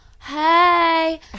Hey